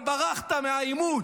וברחת מהעימות.